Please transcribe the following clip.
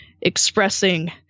expressing